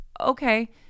okay